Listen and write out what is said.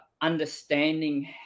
understanding